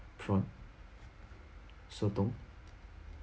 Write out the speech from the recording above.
prawns sotong